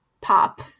pop